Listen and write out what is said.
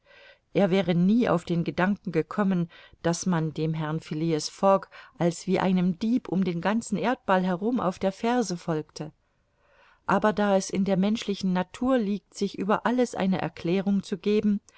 er wäre nie auf den gedanken gekommen daß man dem herrn phileas fogg als wie einem dieb um den ganzen erdball herum auf der ferse folge aber da es in der menschlichen natur liegt sich über alles eine erklärung zu geben